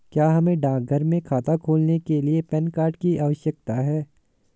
क्या हमें डाकघर में खाता खोलने के लिए पैन कार्ड की आवश्यकता है?